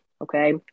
okay